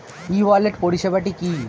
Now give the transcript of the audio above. ই wallet পরিষেবাটি কি?